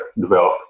develop